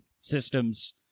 systems